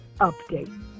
Update